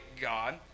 God